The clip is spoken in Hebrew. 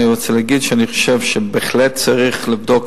אני רוצה להגיד שאני חושב שבהחלט צריך לבדוק